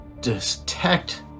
detect